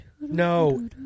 No